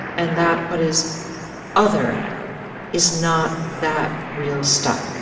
and that what is other is not that real stuff